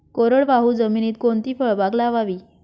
कोरडवाहू जमिनीत कोणती फळबाग लावावी?